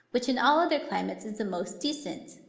which in all other climates is the most decent?